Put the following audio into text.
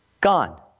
Gone